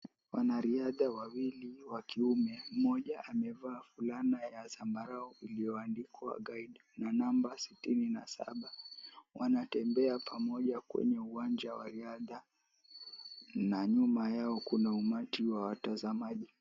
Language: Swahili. Wanaridha wawili wakiume mmoja amevaa fulana ya zambarau iliyoandikwa Guide namba tisini na saba wanatembea pamoja kwenye uwanja wa riadha na nyuma yao kuna umati wa watazamaji.